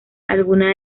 algunas